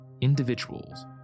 Individuals